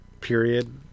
period